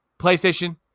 PlayStation